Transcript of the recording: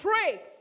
pray